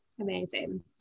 Amazing